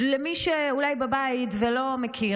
למי שאולי בבית ולא מכיר,